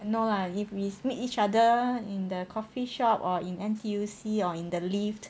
no lah if we meet each other in the coffee shop or in N_T_U_C or in the lift